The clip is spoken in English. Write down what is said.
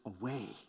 away